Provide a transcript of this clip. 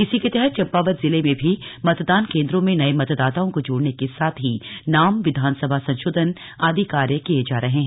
इसी के तहत चम्पावत जिले में भी मतदान केंद्रों में नए मतदाताओं को जोड़ने के साथ ही नाम विधानसभा संशोधन आदि कार्य किये जा रहे है